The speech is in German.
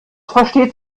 versteht